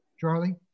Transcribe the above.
Charlie